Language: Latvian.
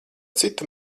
citu